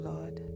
Lord